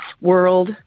world